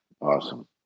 Awesome